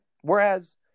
Whereas